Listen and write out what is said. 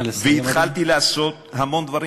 והתחלתי לעשות המון דברים.